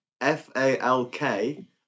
F-A-L-K